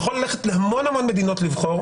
ולעוד המון המון מדינות לבחור.